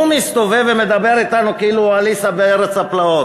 הוא מסתובב ומדבר אתנו כאילו הוא עליסה בארץ הפלאות.